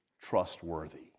trustworthy